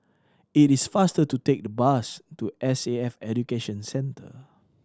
it is faster to take the bus to S A F Education Centre